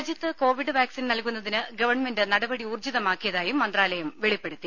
രാജ്യത്ത് Covid vaccine നൽകുന്നതിന് government നടപടി ഊർജിതമാക്കിയതായും മന്ത്രാലയം വെളിപ്പെടുത്തി